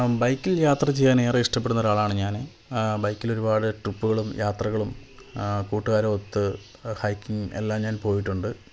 ബൈക്കിൽ യാത്ര ചെയ്യാൻ ഏറെ ഇഷ്ടപ്പെടുന്നൊരാളാണ് ഞാന് ബൈക്കിൽ ഒരുപാട് ട്രിപ്പുകളും യാത്രകളും കൂട്ടുകാരൊത്ത് ഹൈക്കിംഗ് എല്ലാം ഞാൻ പോയിട്ടുണ്ട്